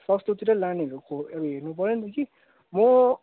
सस्तोतिर लानेहरूको अब हेर्नु पऱ्यो नि त कि म